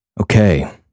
okay